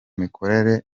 mikorere